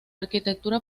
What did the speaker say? arquitectura